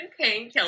painkillers